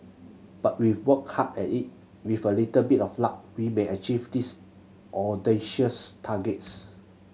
but if we work hard at it with a little bit of luck we may achieve these audacious targets